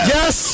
Yes